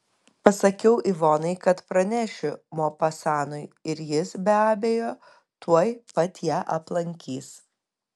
pasakiau ivonai kad pranešiu mopasanui ir jis be abejo tuoj pat ją aplankys